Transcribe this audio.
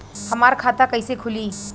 हमार खाता कईसे खुली?